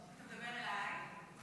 אתה מדבר אליי?